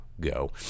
go